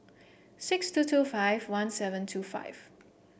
six two two five one seven two five